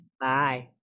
Bye